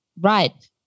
Right